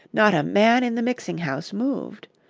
not a man in the mixing-house moved.